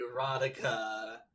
erotica